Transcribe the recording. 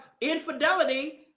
infidelity